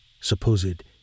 supposed